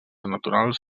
naturals